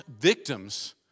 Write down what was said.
victims